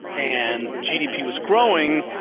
and gdp was growing.